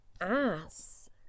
ass